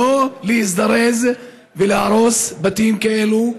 שלא להזדרז ולהרוס בתים כאלה.